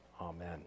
Amen